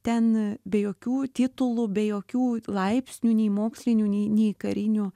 ten be jokių titulų be jokių laipsnių nei mokslinių nei nei karinių